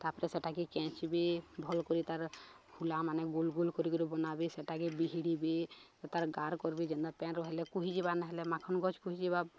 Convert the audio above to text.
ତାପରେ ସେଟାକେ କେଞ୍ଚିବେ ଭଲ୍କରି ତାର୍ ଫୁଲା ମାନେ ଗୋଲ ଗୋଲ କରିକରି ବନାବେ ସେଟାକେ ବିହିଡ଼ିବେ ତାର୍ ଗାର୍ କରିବେ ଯେନ୍ତା ପାନ୍ ରହିଲେ ଖୁଲିଯିବା ନହେଲେ ମାଖନ ଗଛ ଖୁଲିଯିବା